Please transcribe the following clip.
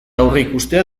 aurreikustea